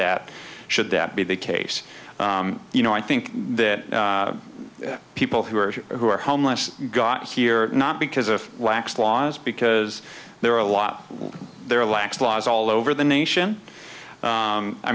that should that be the case you know i think that people who are who are homeless got here not because of lax laws because there are a lot there are lax laws all over the nation